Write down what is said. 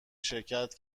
شرکت